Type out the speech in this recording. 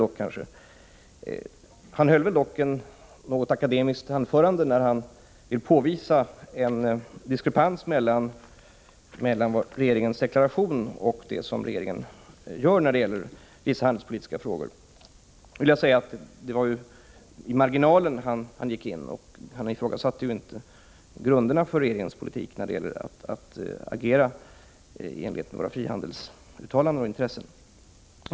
Burenstam Linder höll dock ett något akademiskt anförande, när han ville påvisa en diskrepans mellan regeringens deklaration och det som regeringen gör när det gäller vissa handelspolitiska frågor. Det var emellertid endast i marginalen som han gick in — han ifrågasatte inte grunderna för regeringens politik när det gällt att agera enligt våra frihandelsuttalanden och intressen.